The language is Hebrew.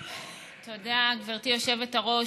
תודה, גברתי היושבת-ראש.